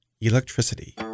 Electricity